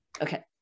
Okay